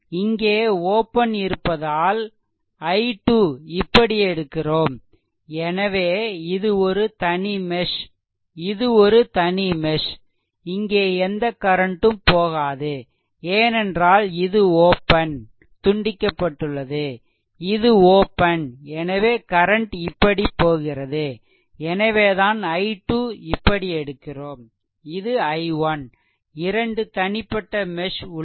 இங்கே ஓப்பன் இருப்பதால் i2 இப்படி எடுக்கிறோம்எனவே இது ஒரு தனி மெஷ் இது ஒரு தனி மெஷ் இங்கே எந்த கரண்ட்டும் போகாது ஏனென்றால் இது ஓப்பன் துண்டிக்கப்பட்டுள்ளது இது ஓப்பன் எனவே கரண்ட் இப்படி போகிறது எனவேதான் i2 இப்படி எடுக்கிறோம் இது i1 இரண்டு தனிப்பட்ட மெஷ் உள்ளது